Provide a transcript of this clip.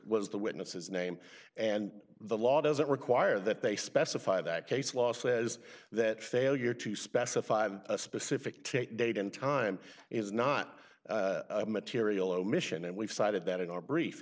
was the witnesses name and the law doesn't require that they specify that case law says that failure to specify a specific date and time is not material omission and we've cited that in our brief